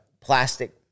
plastic